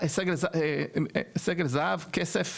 כסף,